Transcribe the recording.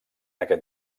aquest